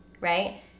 right